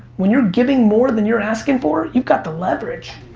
when you're giving more than you're asking for, you've got the leverage.